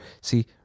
see